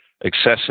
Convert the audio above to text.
excessive